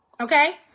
Okay